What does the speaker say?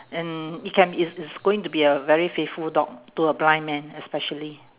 and it can it's it's going to be a very faithful dog to a blind man especially